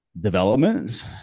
Developments